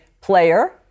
player